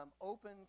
open